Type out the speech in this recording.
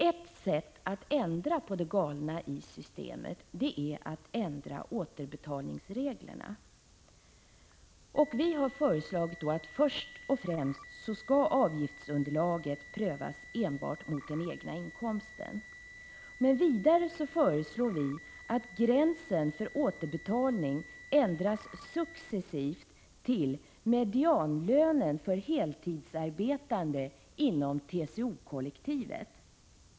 Ett sätt att ändra på det galna i systemet är att ändra återbetalningsreglerna. Vi har som en första åtgärd föreslagit att avgiftsunderlaget skall prövas Prot. 1985/86:130 mot den egna inkomsten. Vidare föreslår vi att gränsen för återbetalning skall ändras successivt till att motsvara medianlönen för heltidsarbetande inom TCO-kollektivet.